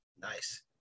Nice